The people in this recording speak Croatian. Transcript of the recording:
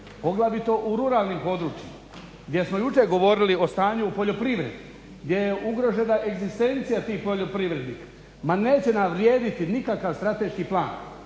poglavito u ruralnim područjima gdje smo jučer govorili o stanju u poljoprivredi, gdje je ugrožena egzistencija tih poljoprivrednika, ma neće nam vrijediti nikakav strateški plan.